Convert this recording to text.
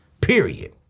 Period